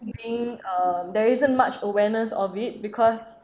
meaning um there isn't much awareness of it because